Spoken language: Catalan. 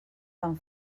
fan